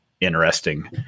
interesting